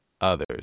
others